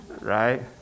right